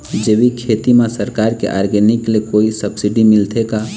जैविक खेती म सरकार के ऑर्गेनिक ले कोई सब्सिडी मिलथे का?